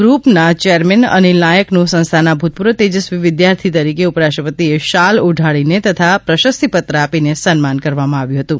ગ્રુપના ચેરમેન અનીલ નાયકનું સંસ્થાના ભૂતપૂર્વ તેજસ્વી વિદ્યાર્થી તરીકે ઉપરાષ્ટ્રપતિએ શાલ ઓઢાડીને તથા પ્રશસ્તીપત્ર આપીને સન્માન કરવામાં આવ્યું હતું